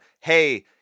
hey